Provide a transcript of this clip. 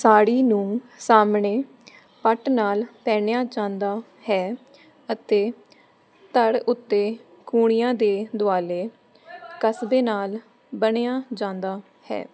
ਸਾੜੀ ਨੂੰ ਸਾਹਮਣੇ ਪੱਟ ਨਾਲ ਪਹਿਨਿਆ ਜਾਂਦਾ ਹੈ ਅਤੇ ਧੜ ਉੱਤੇ ਕੂਹਣੀਆਂ ਦੇ ਦੁਆਲੇ ਕਸਬੇ ਨਾਲ ਬੰਨ੍ਹਿਆ ਜਾਂਦਾ ਹੈ